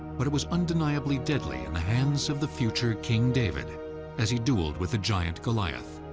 but it was undeniably deadly in the hands of the future king david as he dueled with the giant goliath.